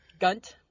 Gunt